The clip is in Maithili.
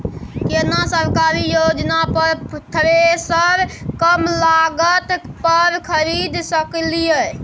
केना सरकारी योजना पर थ्रेसर कम लागत पर खरीद सकलिए?